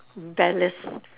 rebellious